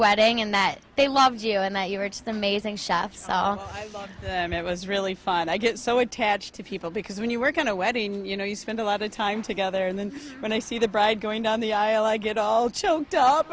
wedding and that they loved you and that you were to the mazing chefs and it was really fun and i get so attached to people because when you work on a wedding you know you spend a lot of time together and then when i see the bride going down the aisle i get all choked up